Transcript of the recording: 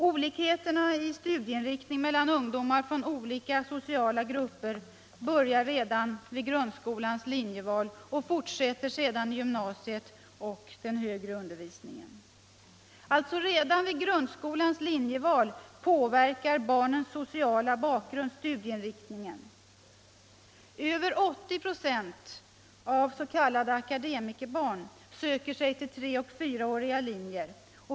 Olikheterna i studieinriktning mellan ungdomar från olika sociala grupper börjar redan vid grundskolans linjeval och fortsätter sedan i gymnasiet och den högre undervisningen. Alltså redan vid grundskolans linjeval påverkar barnens sociala bakgrund studieinriktningen. Över 80 96 av s.k. akademikerbarn söker sig till 3 och 4-åriga linjer.